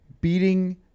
beating